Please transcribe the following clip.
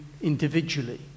individually